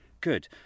good